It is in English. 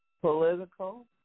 political